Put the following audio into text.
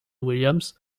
williams